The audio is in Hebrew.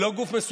לא גוף מסובך,